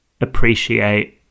appreciate